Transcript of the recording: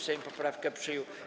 Sejm poprawkę przyjął.